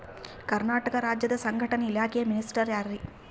ಕರ್ನಾಟಕ ರಾಜ್ಯದ ಸಂಘಟನೆ ಇಲಾಖೆಯ ಮಿನಿಸ್ಟರ್ ಯಾರ್ರಿ?